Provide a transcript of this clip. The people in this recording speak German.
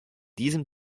diesem